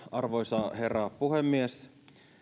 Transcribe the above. arvoisa herra puhemies